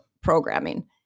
programming